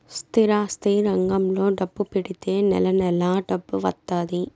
స్థిరాస్తి రంగంలో డబ్బు పెడితే నెల నెలా డబ్బు వత్తాది